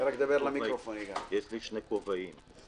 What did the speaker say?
יש לי שני כובעים.